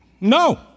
No